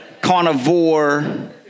carnivore